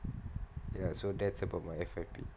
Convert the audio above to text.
ya so that's about my F_Y_P